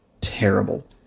terrible